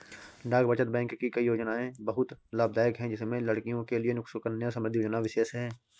डाक बचत बैंक की कई योजनायें बहुत लाभदायक है जिसमें लड़कियों के लिए सुकन्या समृद्धि योजना विशेष है